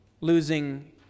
Losing